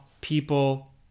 people